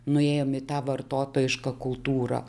nuėjom į tą vartotojišką kultūrą